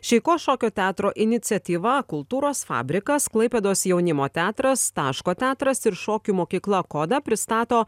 šeiko šokio teatro iniciatyva kultūros fabrikas klaipėdos jaunimo teatras taško teatras ir šokių mokykla koda pristato